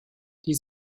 die